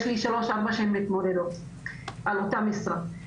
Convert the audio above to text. יש לי שלוש-ארבע שהן מתמודדות על אותה משרה.